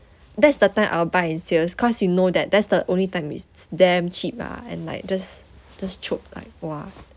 that's the time I'll buy in sales cause you know that that's the only time it's damn cheap ah and like just just chope like !wah!